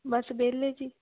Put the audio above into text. ਬਸ ਵਿਹਲੇ ਜੀ